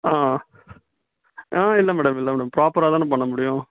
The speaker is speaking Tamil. ஆ ஆ இல்லை மேடம் இல்லை மேடம் ப்ராப்பராக தானே பண்ண முடியும்